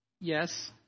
Yes